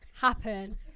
happen